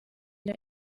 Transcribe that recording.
imwe